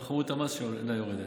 גם חבות המס שלו אינה יורדת.